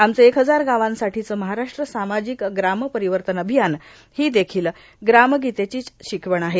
आमचे एक हजार गावांसाठीचे महाराष्ट्र सामाजिक ग्रामपरिवर्तन अभियान ही देखील ग्रामगीतेचीच शिकवण आहे